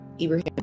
Ibrahim